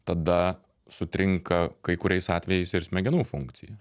tada sutrinka kai kuriais atvejais ir smegenų funkcija